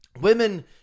Women